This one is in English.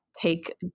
take